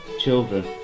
children